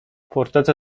fortecę